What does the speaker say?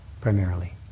primarily